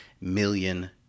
million